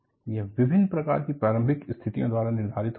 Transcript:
यह विभिन्न प्रकार की प्रारंभिक स्थितियों द्वारा निर्धारित होती है